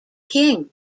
king